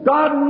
God